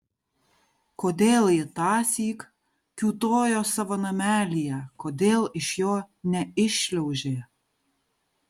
kodėl ji tąsyk kiūtojo savo namelyje kodėl iš jo neiššliaužė